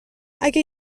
اگه